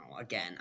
again